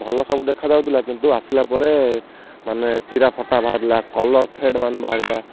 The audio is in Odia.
ଭଲ ସବୁ ଦେଖାଯାଉଥିଲା କିନ୍ତୁ ଆସିଲା ପରେ ମାନେ ଚିରା ଫଟା ବାହାରିଲା କଲର୍ ଫେଡ଼୍ ମାନେ ବାହାରିଲା